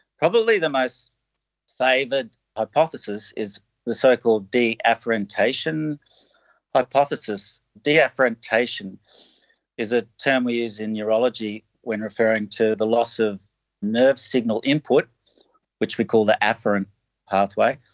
probably the most favoured hypothesis is the so-called deafferentation hypothesis. deafferentation is a term we use in neurology when referring to the loss of nerve signal input which we call the afferent pathway,